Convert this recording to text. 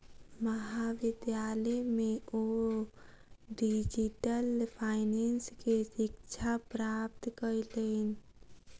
महाविद्यालय में ओ डिजिटल फाइनेंस के शिक्षा प्राप्त कयलैन